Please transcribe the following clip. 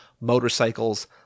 motorcycles